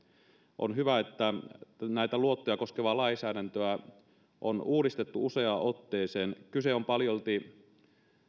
on hyvä että näitä luottoja koskevaa lainsäädäntöä on uudistettu useaan otteeseen kyse on paljolti